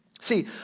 See